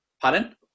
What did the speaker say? Pardon